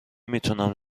میتونم